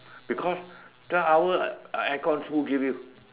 because twelve hour air con who give you